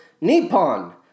Nippon